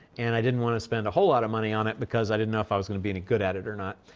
and i didn't wanna spend a whole lot of money on it, because i didn't know if i was gonna be any good at it or not.